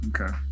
Okay